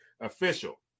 official